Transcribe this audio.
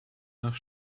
nach